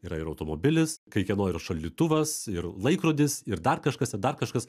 yra ir automobilis kai kieno yra šaldytuvas ir laikrodis ir dar kažkas ir dar kažkas